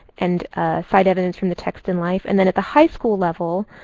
and cite evidence from the text in life. and then at the high school level,